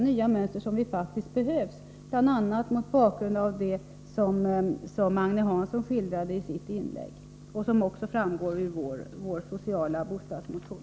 Det behövs faktiskt nya mönster bl.a. mot bakgrund av det som Agne Hansson skildrade i sitt inlägg och som också framgår av vår sociala bostadsmotion: